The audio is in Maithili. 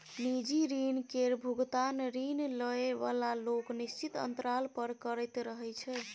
निजी ऋण केर भोगतान ऋण लए बला लोक निश्चित अंतराल पर करैत रहय छै